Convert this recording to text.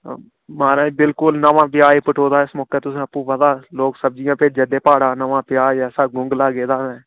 हां महाराज बिलकुल नमां प्याज पटोए दा इस मोकै तुसें आपूं पता लोक सब्जियां भेजा दे प्हाड़ा नमां प्याज ऐसा कुंगला जेह्ड़ा ऐ